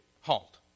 halt